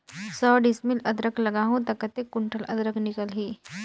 सौ डिसमिल अदरक लगाहूं ता कतेक कुंटल अदरक निकल ही?